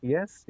Yes